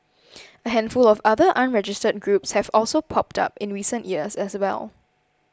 a handful of other unregistered groups have popped up in recent years as well